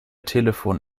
telefon